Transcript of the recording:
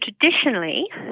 traditionally